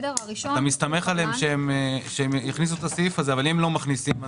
אתה מסתמך על כך שהם יכניסו את הסעיף הזה אבל אם לא מכניסים אותו?